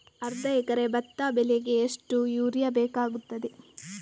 ಅರ್ಧ ಎಕರೆ ಭತ್ತ ಬೆಳೆಗೆ ಎಷ್ಟು ಯೂರಿಯಾ ಬೇಕಾಗುತ್ತದೆ?